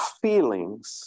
feelings